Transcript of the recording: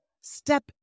Step